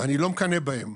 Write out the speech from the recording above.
ואני לא מקנא בהם,